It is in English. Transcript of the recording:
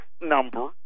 number